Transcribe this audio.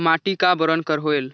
माटी का बरन कर होयल?